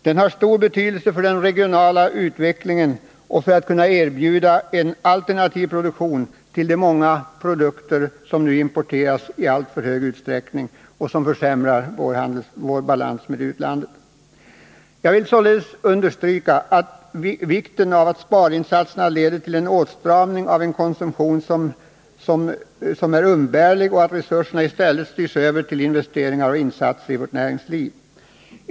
Den har stor betydelse för den regionala utvecklingen och för att vi skall kunna erbjuda alternativ till de många produkter som nu importeras i alltför stor utsträckning och som försämrar vår handelsbalans med utlandet. Jag vill således understryka vikten av att sparinsatserna leder till en 171 åtstramning av konsumtion som är umbärlig och att resurserna i stället styrs över till insatser i vårt näringsliv.